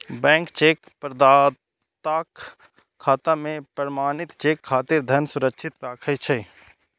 bank cheque प्रदाताक खाता मे प्रमाणित चेक खातिर धन सुरक्षित राखै छै